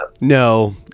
No